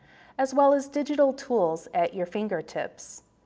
as well as digital tools at your fingertips.